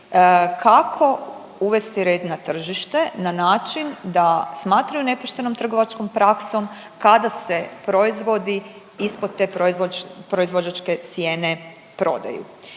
kako uvesti red na tržite na način da smatraju nepoštenom trgovačkom praksom kada se proizvodi ispod te proizvođačke cijene prodaju.